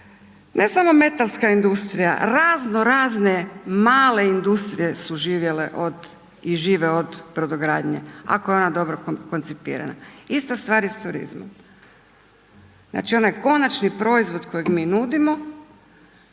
ne samo metalska industrija, razno razne male industrije su živjele od i žive od brodogradnje ako je ona dobro koncipirana. Ista stvar je sa turizmom, znači onaj konačni proizvod kojeg mi nudimo,